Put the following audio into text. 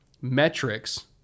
metrics